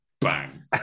bang